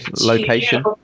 location